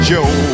Joe